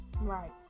Right